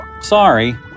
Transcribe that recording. sorry